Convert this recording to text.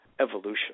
evolution